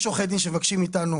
יש עורכי דין שמבקשים מאתנו